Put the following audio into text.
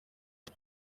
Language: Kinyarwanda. cye